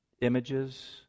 Images